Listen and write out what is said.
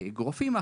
אגרופים.